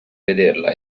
vederla